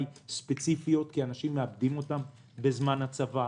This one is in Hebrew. ספציפיות כי אנשים מאבדים אותן בזמן הצבא.